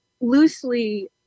loosely